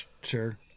Sure